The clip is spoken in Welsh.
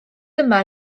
yma